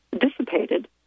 dissipated